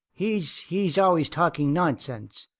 he's. he's always talking nonsense.